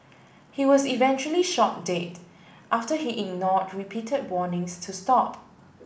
he was eventually shot dead after he ignored repeated warnings to stop